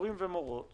ומורות